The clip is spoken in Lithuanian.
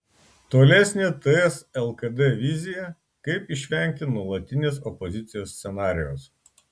tolesnė ts lkd vizija kaip išvengti nuolatinės opozicijos scenarijaus